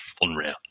Unreal